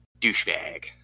Douchebag